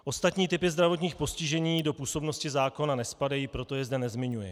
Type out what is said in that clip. Ostatní typy zdravotních postižení do působnosti zákona nespadají, proto je zde nezmiňuji.